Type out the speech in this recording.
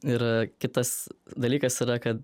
ir kitas dalykas yra kad